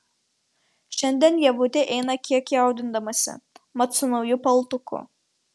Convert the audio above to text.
šiandien ievutė eina kiek jaudindamasi mat su nauju paltuku